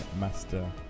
Master